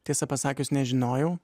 tiesą pasakius nežinojau